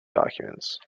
documents